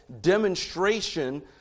demonstration